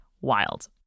wild